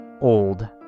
old